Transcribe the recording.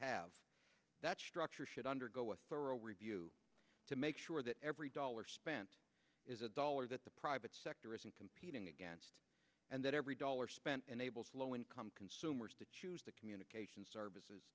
have that structure should undergo a thorough review to make sure that every dollar spent is a dollar that the private sector isn't competing against and that every dollar spent enables low income consumers to choose the communication services